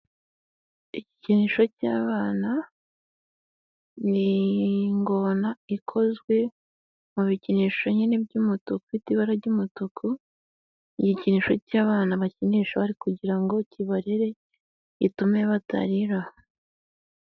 Igikinisho cy'abana, ni ingona ikozwe mu bikinisho nyine ry'umutuku, ifite ibara ry'umutuku, igikinisho cy'abana bakinisha bari kugira ngo kibarere gitume batarira.